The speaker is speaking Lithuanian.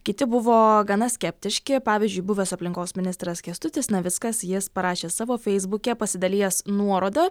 kiti buvo gana skeptiški pavyzdžiui buvęs aplinkos ministras kęstutis navickas jis parašė savo feisbuke pasidalijęs nuoroda